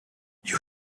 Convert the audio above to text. you